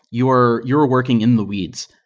you're you're working in the weeds.